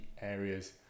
areas